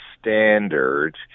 standard